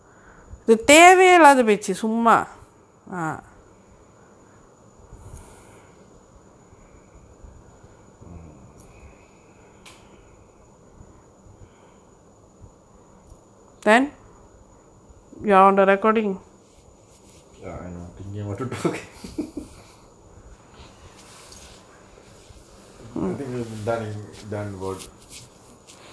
mm oh I know thinking what to talk I thing will be donning done word